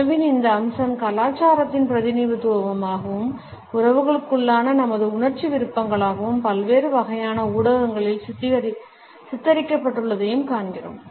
உணவின் இந்த அம்சம் கலாச்சாரத்தின் பிரதிநிதித்துவமாகவும் உறவுகளுக்குள்ளான நமது உணர்ச்சி விருப்பங்களாகவும் பல்வேறு வகையான ஊடகங்களில் சித்தரிக்கப்பட்டுள்ளதைக் காண்கிறோம்